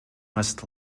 must